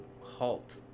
halt